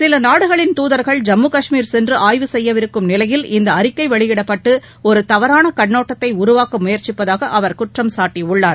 சில நாடுகளின் தூதர்கள் ஜம்மு காஷ்மீர் சென்று ஆய்வு செய்யவிருக்கும் நிலையில் இந்த அறிக்கை வெளியிடப்பட்டு ஒரு தவறான கண்ணோட்டத்தை உருவாக்க முயற்சிப்பதாக அவர் குற்றம் சாட்டியுள்ளார்